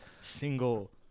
single